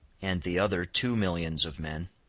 and the other two millions of men,